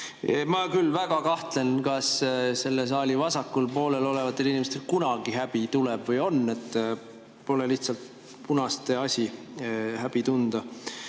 Ma küll väga kahtlen, kas selle saali vasakul poolel olevatel inimestel kunagi häbi hakkab või on – pole lihtsalt punaste asi häbi tunda.